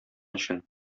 өчен